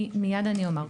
מיד אני אומר.